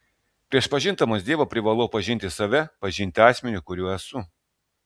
prieš pažindama dievą privalau pažinti save pažinti asmenį kuriuo esu